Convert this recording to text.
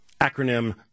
acronym